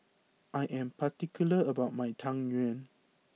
I am particular about my Tang Yuan